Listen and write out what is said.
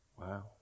Wow